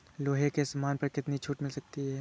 लोहे के सामान पर कितनी छूट मिल सकती है